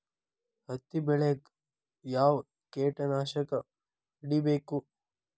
ಹತ್ತಿ ಬೆಳೇಗ್ ಯಾವ್ ಕೇಟನಾಶಕ ಹೋಡಿಬೇಕು?